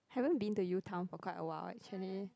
haven't been to Utown for quite awhile actually